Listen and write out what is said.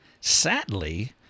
Sadly